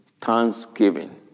Thanksgiving